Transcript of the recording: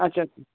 আচ্ছা